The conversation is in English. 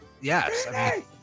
Yes